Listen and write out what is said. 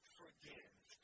forgive